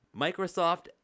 Microsoft